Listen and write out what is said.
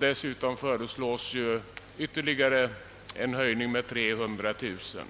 Dessutom föreslås nu ytterligare en höjning på 300 000 kronor.